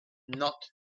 not